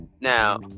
Now